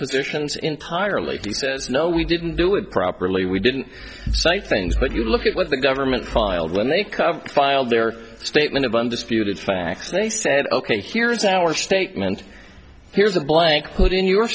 positions entirely he says no we didn't do it properly we didn't say things but you look at what the government filed when they cover filed their statement of undisputed facts they said ok here's our statement here's a blank look in your